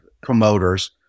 promoters